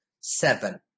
Seven